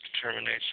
determination